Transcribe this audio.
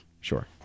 Sure